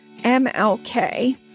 mlk